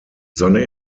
seine